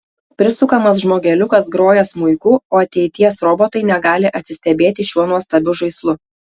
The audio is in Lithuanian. prisukamas žmogeliukas groja smuiku o ateities robotai negali atsistebėti šiuo nuostabiu žaislu